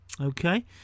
Okay